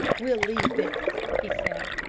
we'll leave this, he said,